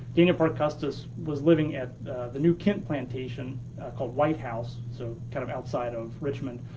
daniel parke custis was living at the new kent plantation called white house, so kind of outside of richmond.